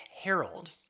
Harold